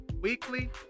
weekly